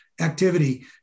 activity